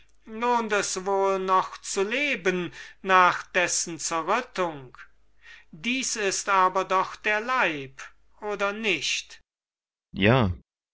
es wohl noch zu leben nach dessen zerrüttung dies ist aber doch der leib oder nicht kriton ja